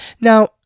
Now